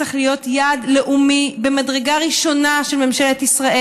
צריך להיות יעד לאומי ממדרגה ראשונה של ממשלת ישראל.